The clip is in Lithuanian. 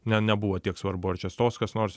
ne nebuvo tiek svarbu ar čia stos kas nors